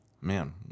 Man